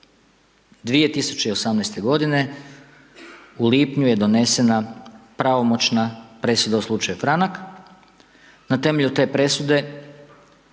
2018. godine u lipnju je donesena pravomoćna presuda u slučaju Franak, na temelju te presude